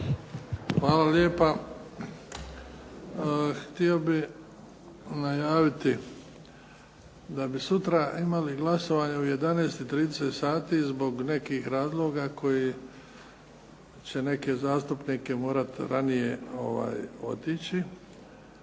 Hvala lijepa. Htio bih najaviti da bi sutra imali glasovanje u 11,30 sati zbog nekih razloga koji će neke zastupnike koji će morati ranije otići.